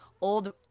old